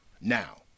Now